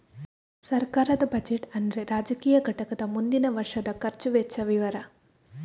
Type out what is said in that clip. ಸರ್ಕಾರದ ಬಜೆಟ್ ಅಂದ್ರೆ ರಾಜಕೀಯ ಘಟಕದ ಮುಂದಿನ ವರ್ಷದ ಖರ್ಚು ವೆಚ್ಚ ವಿವರ